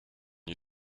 you